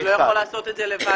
הוא לא יכול לעשות את זה לבד.